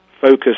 focus